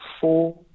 four